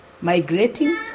migrating